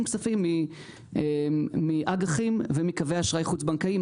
כספים מאג"חים ומקווי אשראי חוץ בנקאיים,